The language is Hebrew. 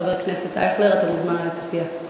חבר הכנסת אייכלר, אתה מוזמן להצביע על